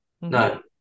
No